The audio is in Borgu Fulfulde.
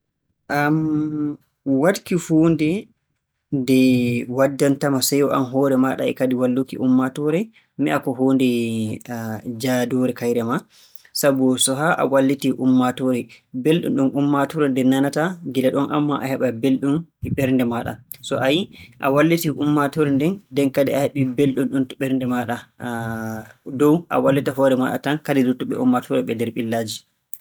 Hmm, waɗki huunde nde waddanta ma seyo aan hoore maa e kadi walluki ummaatoore. Mi yi'a ko huunde jahdoore kayre maa. Sabu so haa a wallitii ummaatoore, belɗum ɗum ummaatoore nden ananata, gila ɗon ammaa a heɓay belɗum ɗum e ɓernde maaɗa. So a yi'i a wallitii ummaatoore nden, nden kadi a heɓii belɗum ɗum e ɓernde maaɗa. Dow a wallita hoore maaɗa tan kadi luttuɓe ummaatoore ɓe nder ɓillaaji.